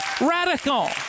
Radical